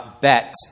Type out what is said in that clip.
bet